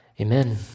amen